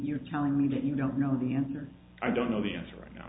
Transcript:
you're telling me that you don't know the answer i don't know the answer right now